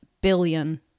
billion